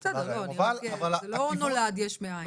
בסדר, אבל זה לא נולד יש מאין.